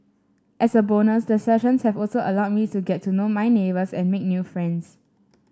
as a bonus the sessions have also allowed me to get to know my neighbours and make new friends